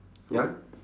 ya